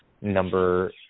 number